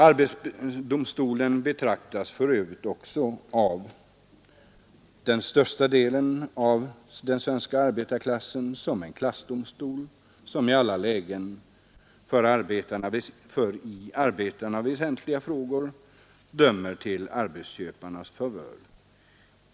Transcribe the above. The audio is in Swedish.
Arbetsdomstolen betraktas dessutom av större delen av arbetarklassen som en klassdomstol, som i alla — för arbetarna väsentliga — frågor dömer till arbetsköparnas favör.